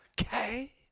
Okay